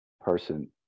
person